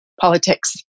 politics